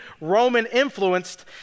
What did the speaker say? Roman-influenced